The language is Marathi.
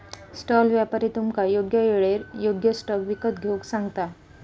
स्टॉल व्यापारी तुमका योग्य येळेर योग्य स्टॉक विकत घेऊक सांगता